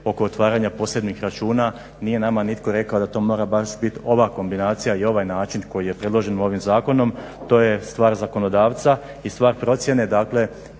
to je stvar zakonodavca i stvar procjene